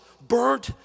burnt